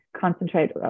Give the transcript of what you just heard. concentrate